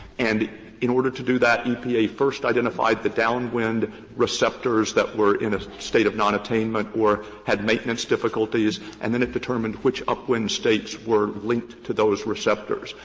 and in order to do that, epa first identified the downwind receptors that were in a state of nonattainment or had maintenance difficulties, and then it determined which upwind states were linked to those receptors.